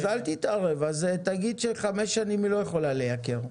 אז אל תתערב אז תגיד שחמש שנים היא לא יכולה להעלות מחירים,